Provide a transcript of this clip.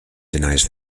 denies